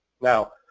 Now